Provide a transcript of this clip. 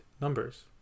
numbers